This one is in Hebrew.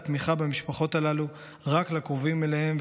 את התמיכה במשפחות הללו רק לקרובים אליהן,